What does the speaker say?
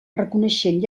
reconeixent